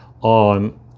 on